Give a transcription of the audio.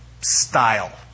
style